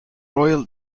royal